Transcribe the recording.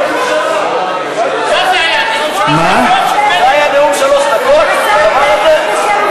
זה היה נאום שלוש דקות, הדבר הזה?